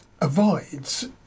avoids